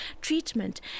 treatment